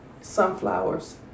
sunflowers